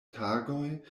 tagoj